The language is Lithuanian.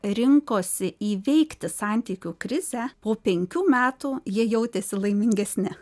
rinkosi įveikti santykių krizę po penkių metų jie jautėsi laimingesni